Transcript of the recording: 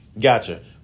Gotcha